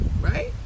Right